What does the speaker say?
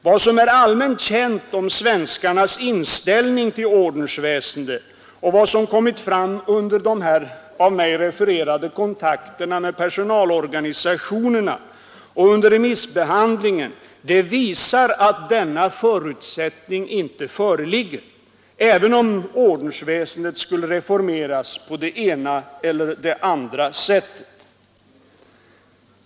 Vad som är allmänt känt om svenskarnas inställning till ordensväsendet och vad som kommit fram under de av mig här refererade kontakterna med personalorganisationerna samt under remissbehandlingen visar att denna förutsättning inte föreligger, även om ordensväsendet skulle reformeras på det ena eller andra sättet.